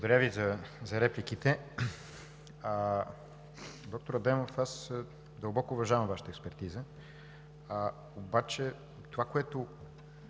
Благодаря Ви за репликите. Доктор Адемов, аз дълбоко уважавам Вашата експертиза. Това обаче, за което